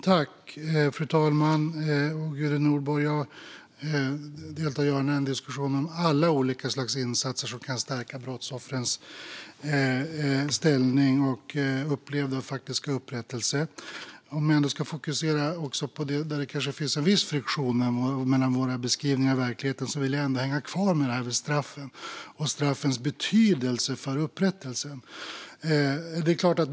Fru talman! Jag deltar gärna i en diskussion om alla olika slags insatser som kan stärka brottsoffrens ställning och deras upplevda och faktiska upprättelse. Men låt mig fokusera på ett område där det kanske ändå finns en viss friktion mellan våra beskrivningar och verkligheten. Då vill jag hänga kvar i detta med straffen och deras betydelse för upprättelsen.